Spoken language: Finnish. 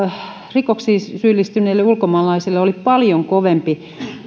rikoksiin syyllistyneille ulkomaalaisille oli paljon kovempi